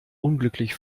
unglücklich